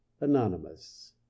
Anonymous